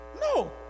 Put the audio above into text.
No